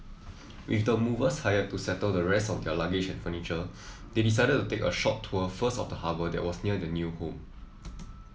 with the movers hired to settle the rest of their luggage and furniture they decided to take a short tour first of the harbour that was near their new home